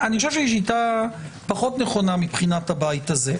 אני חושב שזאת שיטה פחות נכונה מבחינת הבית הזה.